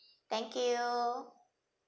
thank you